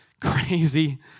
Crazy